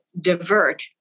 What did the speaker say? divert